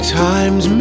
times